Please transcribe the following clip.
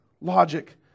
logic